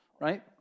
right